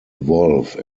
evolve